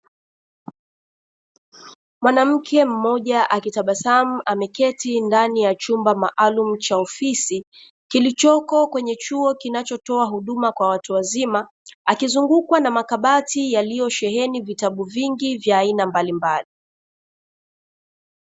Mwanamke mmoja akitabasamu ameketi ndani ya chumba maalumu cha ofisi, kilichoko kwenye chuo kinachotoa huduma kwa watu wazima, akizungukwa na makabati yaliyosheheni vitabu vingi vya aina mbalimbali.